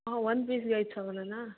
ಹಾಂ ಒನ್ ಪೀಸಿಗೆ ಐದು ಸಾವಿರನಾ